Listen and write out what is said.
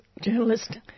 journalist